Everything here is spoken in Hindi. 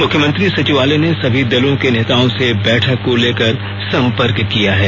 मुख्यमंत्री सचिवालय ने सभी दलों के नेताओं से बैठक को लेकर संपर्क किया है